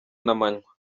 n’amanywa